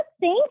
Thank